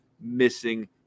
missing